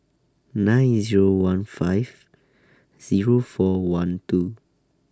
nine Zero one five Zero four one two